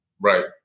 Right